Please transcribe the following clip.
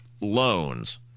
loans